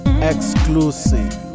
exclusive